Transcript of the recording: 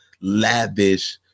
lavish